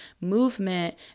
Movement